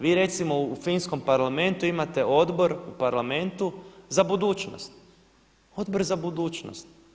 Vi recimo u Finskom parlamentu imate odbor u parlamentu z budućnost, odbor za budućnost.